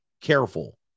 careful